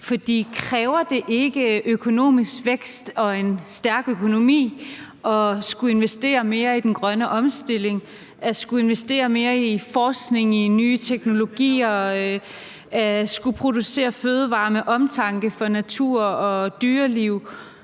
for kræver det ikke økonomisk vækst og en stærk økonomi at skulle investere mere i den grønne omstilling, at skulle investere mere i forskning i nye teknologier, at skulle producere fødevarer med omtanke for natur og dyreliv